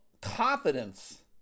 confidence